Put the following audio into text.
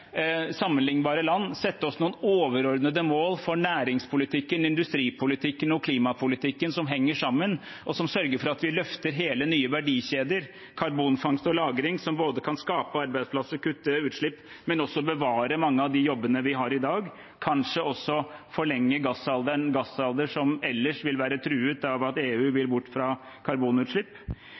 sammenlignbare land, sette oss noen overordnede mål som henger sammen, for næringspolitikken, industripolitikken og klimapolitikken, og som sørger for at vi løfter hele nye verdikjeder, karbonfangst og -lagring, som både kan skape arbeidsplasser og kutte utslipp og bevare mange av de jobbene vi har i dag, kanskje også forlenge gassalderen, en gassalder som ellers vil være truet av at EU vil bort fra karbonutslipp.